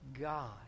God